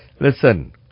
Listen